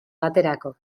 baterako